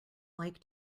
like